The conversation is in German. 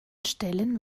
stellen